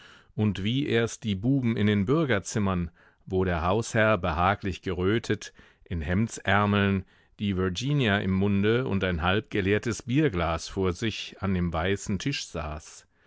und wie erst die buben in den bürgerzimmern wo der hausherr behaglich gerötet in hemdsärmeln die virginier im munde und ein halbgeleertes bierglas vor sich an dem weißen tisch saß